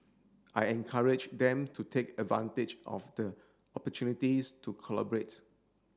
I encourage them to take advantage of the opportunities to collaborates